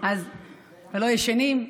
ולא ישנים.